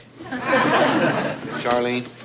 Charlene